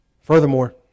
Furthermore